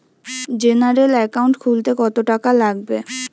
General account খুলতে কত টাকা লাগবে?